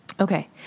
Okay